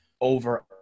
over